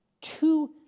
two